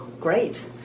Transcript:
Great